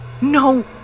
No